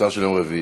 מוסר של יום שני.